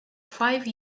five